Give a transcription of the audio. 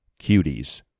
Cuties